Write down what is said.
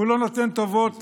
הוא לא נותן טובות